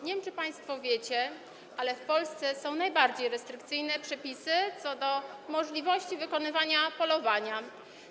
Nie wiem, czy państwo wiecie, ale w Polsce są najbardziej restrykcyjne przepisy co do możliwości wykonywania polowania.